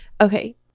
Okay